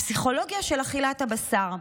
הפסיכולוגיה של אכילת הבשר".